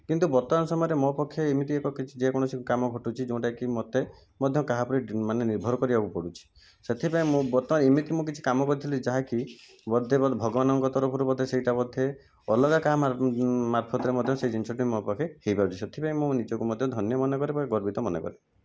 କିନ୍ତୁ ବର୍ତ୍ତମାନ ସମୟରେ ମୋ ପକ୍ଷେ ଏମିତି ଏକ କିଛି ଯେ କୌଣସି କାମ ଘଟୁଛି ଯେଉଁଟାକି ମୋତେ ମଧ୍ୟ କାହା ଉପରେ ମାନେ ନିର୍ଭର କରିବାକୁ ପଡ଼ୁଛି ସେଥିପାଇଁ ମୁଁ ବର୍ତ୍ତମାନ ଏମିତି ମୁଁ କିଛି କାମ କରିଥିଲି ଯାହାକି ବୋଧେ ଭଗବାନଙ୍କ ତରଫରୁ ବୋଧେ ସେଇଟା ବୋଧେ ଅଲଗା କାହା ମାର୍ଫତରେ ମଧ୍ୟ ସେ ଜିନିଷଟି ମୋ ପାଖେ ହେଇପାରୁଛି ସେଥିପାଇଁ ମୁଁ ନିଜକୁ ମଧ୍ୟ ଧନ୍ୟମନେକରେ ବା ଗର୍ବିତମନେକରେ